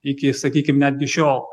iki sakykim netgi šio